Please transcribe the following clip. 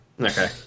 Okay